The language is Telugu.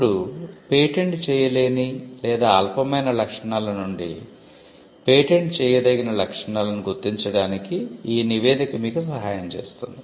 ఇప్పుడు పేటెంట్ చేయలేని లేదా అల్పమైన లక్షణాల నుండి పేటెంట్ చేయదగిన లక్షణాలను గుర్తించడానికి ఈ నివేదిక మీకు సహాయం చేస్తుంది